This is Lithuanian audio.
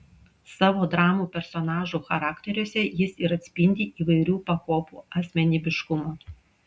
savo dramų personažų charakteriuose jis ir atspindi įvairių pakopų asmenybiškumą